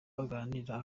aganira